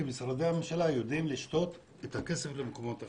משרדי הממשלה יודעים לשתות את הכסף למקומות אחרים.